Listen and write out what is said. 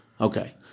Okay